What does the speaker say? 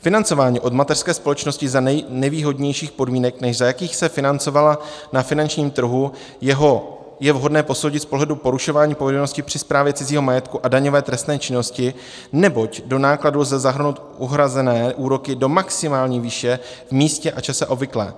Financování od mateřské společnosti za nevýhodnějších podmínek, než za jakých se financovala na finančním trhu, je vhodné posoudit z pohledu porušování povinnosti při správě cizího majetky a daňové trestné činnosti, neboť do nákladů lze zahrnout uhrazené úroky do maximální výše v místě a čase obvyklé.